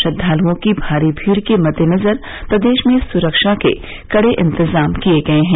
श्रद्वालुओं की भारी भीड़ के मद्देनजर प्रदेश में सुरक्षा के कई इंतजाम किये गये हैं